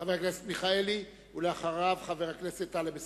חבר הכנסת מיכאלי, ואחריו, חבר הכנסת טלב אלסאנע.